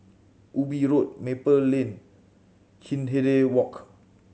Ubi Road Maple Lane Hindhede Walk